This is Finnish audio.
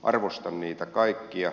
arvostan niitä kaikkia